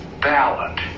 ballot